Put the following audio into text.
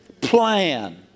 Plan